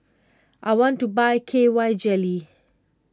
I want to buy K Y Jelly